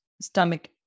stomach